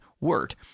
word